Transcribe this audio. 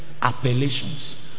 appellations